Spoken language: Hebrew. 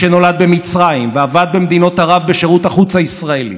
זכות גדולה היא לי להיכנס לתפקיד לאחר קבלת האמון של כנסת ישראל,